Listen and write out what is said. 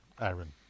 Aaron